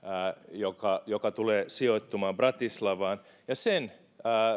joka joka tulee sijoittumaan bratislavaan ja sen